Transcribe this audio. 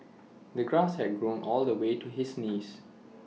the grass had grown all the way to his knees